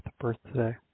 birthday